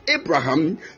Abraham